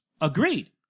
Agreed